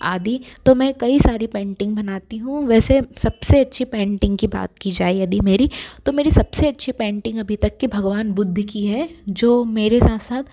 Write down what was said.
आदि तो मैं कई सारी पेंटिंग बनती हूँ वैसे सबसे अच्छी पेंटिंग की बात की जाए यदि मेरी तो मेरी सबसे अच्छी पेंटिंग अभी तक की भगवान बुद्ध की है जो मेरे साथ साथ